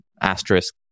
asterisk